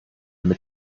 mit